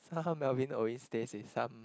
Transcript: somehow Melvin always stays with some